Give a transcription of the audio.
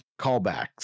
callbacks